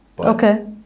Okay